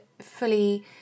fully